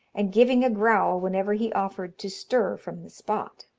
and giving a growl whenever he offered to stir from the spot.